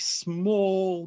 small